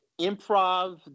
improv